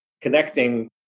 connecting